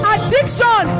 Addiction